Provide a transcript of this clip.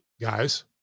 guys